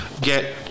get